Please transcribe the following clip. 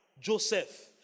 Joseph